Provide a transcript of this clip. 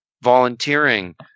volunteering